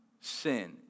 sin